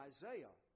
Isaiah